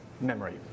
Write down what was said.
memory